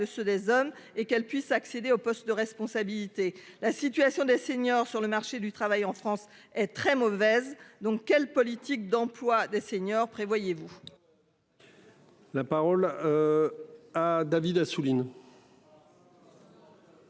ceux des hommes et qu'elles puissent accéder aux postes de responsabilité, la situation des seniors sur le marché du travail en France est très mauvaise, donc quelle politique d'emploi des seniors, prévoyez-vous. La parole. À David Assouline.